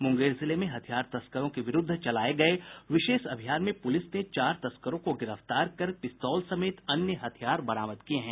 मुंगेर जिले में हथियार तस्करों के विरूद्ध चलाये जा रहे विशेष अभियान में प्रलिस ने चार तस्करों को गिरफ्तार कर पिस्तौल समेत अन्य हथियार बरामद किया है